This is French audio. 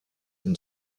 une